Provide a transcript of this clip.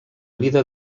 vida